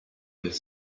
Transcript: his